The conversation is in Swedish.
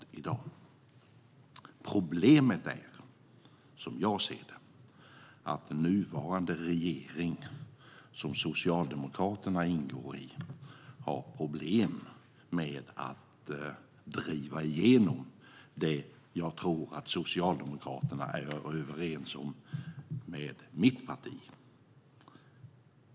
Som jag ser det är problemet att nuvarande regering, som Socialdemokraterna ingår i, har problem med att driva igenom det som jag tror att Socialdemokraterna är överens med mitt parti om.